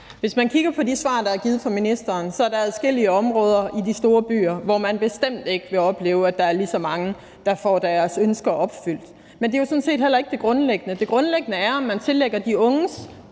Hvis man kigger på de svar, der er givet af ministeren, er der adskillige områder i de store byer, hvor man bestemt ikke vil opleve, at der er lige så mange, der får deres ønske opfyldt. Men det er jo sådan set heller ikke det grundlæggende. Det grundlæggende er, om man tillægger de unges